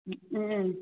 ம் ம்